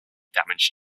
damage